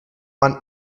man